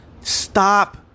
stop